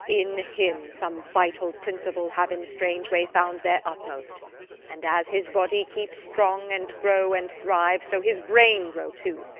in him some vital principle have in strange way found their utmost and as his body keep strong and grow and thrive, so his brain grow too.